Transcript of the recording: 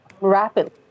rapidly